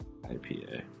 IPA